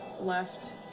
left